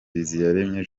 biziyaremye